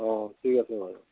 অঁ ঠিক আছে বাৰু